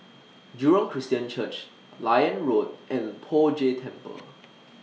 Jurong Christian Church Liane Road and Poh Jay Temple